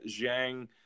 Zhang